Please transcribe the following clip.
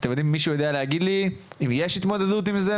מישהו יודע להגיד לי אם יש התמודדות עם זה?